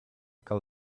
call